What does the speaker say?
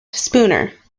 spooner